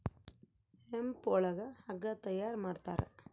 hemp ಒಳಗ ಹಗ್ಗ ತಯಾರ ಮಾಡ್ತಾರ